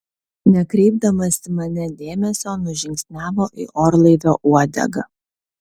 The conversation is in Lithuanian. nekreipdamas į mane dėmesio nužingsniavo į orlaivio uodegą